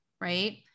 right